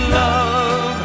love